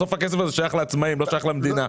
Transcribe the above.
בסוף הכסף הזה שייך לעצמאים ולא שייך למדינה.